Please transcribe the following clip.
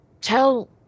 tell